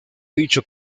dicho